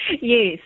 Yes